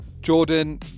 Jordan